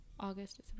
august